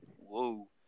Whoa